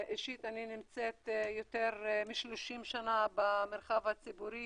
אישית אני נמצאת יותר מ-30 שנה במרחב הציבורי